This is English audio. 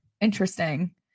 Interesting